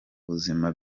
buzima